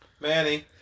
Manny